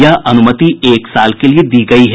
यह अनुमति एक साल के लिये दी गयी है